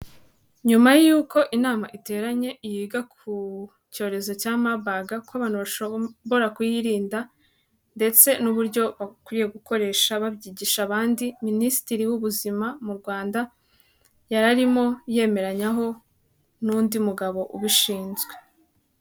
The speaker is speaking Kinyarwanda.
Nyuma y'uko inama iteranye yiga ku cyorezo cya Marburg ko abantu bashobora kuyirinda ndetse n'uburyo bakwiye gukoresha babyigisha abandi, Minisitiri w'Ubuzima mu Rwanda yari arimo yemeranyaho n'undi mugabo ubishinzwe.